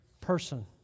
person